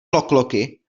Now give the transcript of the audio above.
lokloki